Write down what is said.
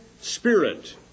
spirit